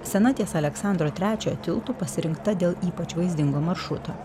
sena ties aleksandro trečiojo tiltu pasirinkta dėl ypač vaizdingo maršruto